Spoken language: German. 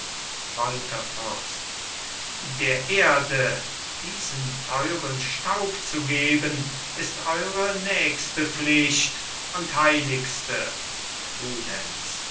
walther fürst der erde diesen teuren staub zu geben ist eure nächste pflicht und heiligste